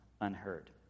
unheard